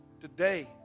today